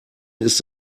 ist